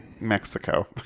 mexico